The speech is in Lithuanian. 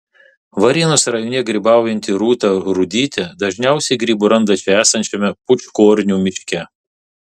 varėnos rajone grybaujanti rūta rudytė dažniausiai grybų randa čia esančiame pūčkornių miške